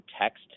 text